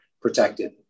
protected